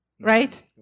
right